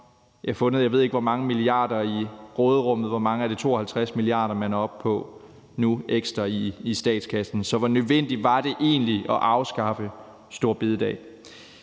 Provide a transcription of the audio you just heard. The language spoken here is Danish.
jeg ved ikke hvor mange milliarder i råderummet. Er det i 52 mia. kr., man er oppe på nu ekstra i statskassen? Så hvor nødvendigt var det egentlig at afskaffe store bededag?